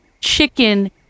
chicken